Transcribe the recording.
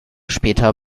später